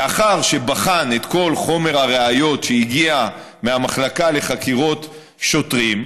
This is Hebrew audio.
לאחר שבחן את כל חומר הראיות שהגיע מהמחלקה לחקירות שוטרים,